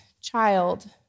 child